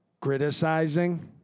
Criticizing